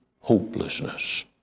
hopelessness